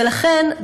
ולכן,